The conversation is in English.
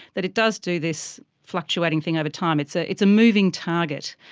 that it does do this fluctuating thing over time. it's ah it's a moving target.